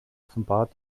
offenbar